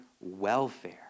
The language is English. welfare